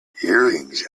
earrings